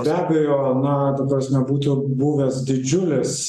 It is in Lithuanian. be abejo na ta prasme būtų buvęs didžiulis